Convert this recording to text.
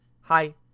hi